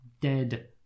Dead